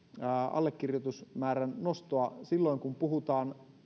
allekirjoitusmäärän nostoa silloin kun puhutaan